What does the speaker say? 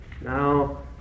Now